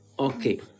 okay